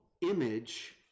image